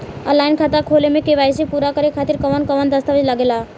Online खाता खोले में के.वाइ.सी पूरा करे खातिर कवन कवन दस्तावेज लागे ला?